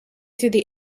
through